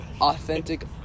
Authentic